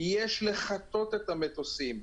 יש לחטא את המטוסים.